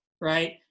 right